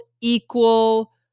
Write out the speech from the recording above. equal